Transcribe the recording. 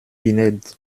pinède